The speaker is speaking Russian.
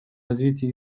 развитии